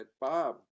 Bob